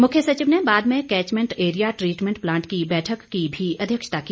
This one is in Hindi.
मुख्य सचिव ने बाद में कैचमेंट एरिया ट्रीटमेंट प्लांट की बैठक की भी अध्यक्षता की